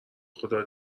خدا